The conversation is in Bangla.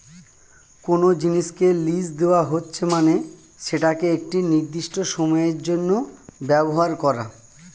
কোনো জিনিসকে লীজ দেওয়া হচ্ছে মানে সেটাকে একটি নির্দিষ্ট সময়ের জন্য ব্যবহার করা